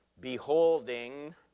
...beholding